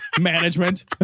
Management